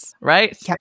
right